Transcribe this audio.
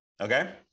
Okay